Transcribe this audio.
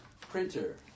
Printer